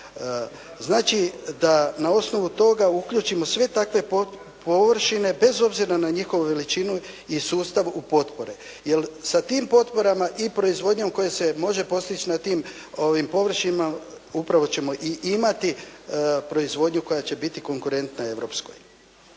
Znači da na osnovu toga uključimo sve takve površine bez obzira na njihovu veličinu i sustav potpore. Jer sa tim potporama i proizvodnjom koja se može postići na tim površinama upravo ćemo i imati proizvodnju koja će biti konkurentna europskoj.